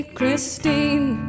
Christine